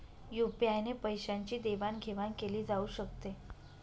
UPI ने पैशांची देवाणघेवाण केली जाऊ शकते